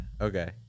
Okay